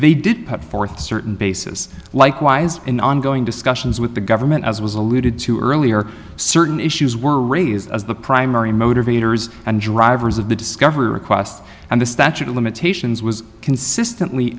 they did put forth certain bases likewise in ongoing discussions with the government as was alluded to earlier certain issues were raised as the primary motivators and drivers of the discovery request and the statute of limitations was consistently